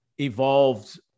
evolved